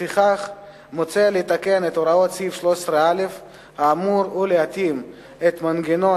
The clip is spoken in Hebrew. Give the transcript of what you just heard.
לפיכך מוצע לתקן את הוראת סעיף 13א האמור ולהתאים את מנגנון